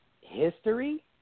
history